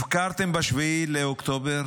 הפקרתם ב-7 באוקטובר,